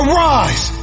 rise